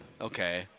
okay